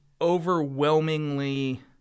overwhelmingly